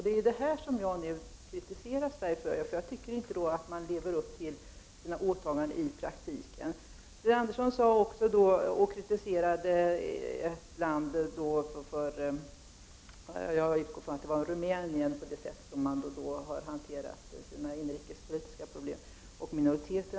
Det är detta jag nu kritiserar Sverige för. Jag anser inte att Sverige i praktiken lever upp till sina åtaganden. Sten Andersson kritiserade vid detta tillfälle ett land — jag utgår från att det var Rumänien — för det sätt på vilket man har hanterat sina inrikespolitiska problem med minoriteterna.